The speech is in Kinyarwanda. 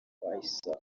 faycal